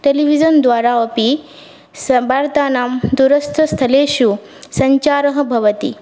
television द्वारा अपि सवार्तानां दूरस्थस्थलेषु सञ्चारः भवति